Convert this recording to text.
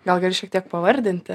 gal gali šiek tiek pavardinti